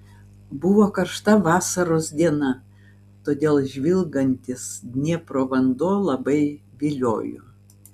buvo karšta vasaros diena todėl žvilgantis dniepro vanduo labai viliojo